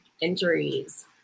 injuries